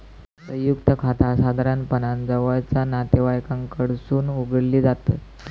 संयुक्त खाता साधारणपणान जवळचा नातेवाईकांकडसून उघडली जातत